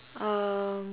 um